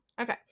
Okay